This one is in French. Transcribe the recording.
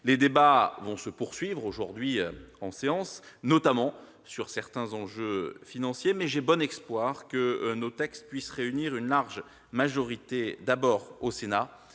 Les débats vont se poursuivre en séance, notamment sur certains enjeux financiers, mais j'ai bon espoir que nos textes puissent réunir une large majorité, d'abord au Sénat,